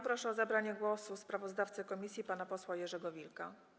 Proszę o zabranie głosu sprawozdawcę komisji pana posła Jerzego Wilka.